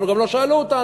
אגב, וגם לא שאלו אותנו.